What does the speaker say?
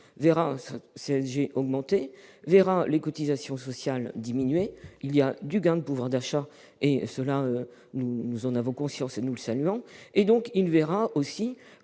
verra sa CSG augmenter et les cotisations sociales diminuer- il y a donc un gain de pouvoir d'achat, nous en avons conscience et nous le saluons -et il verra aussi,